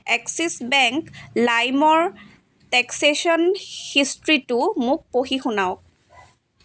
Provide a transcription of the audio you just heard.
axis bank লাইমৰ transaction হিষ্ট্ৰীটো মোক পঢ়ি শুনাওক